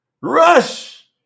Rush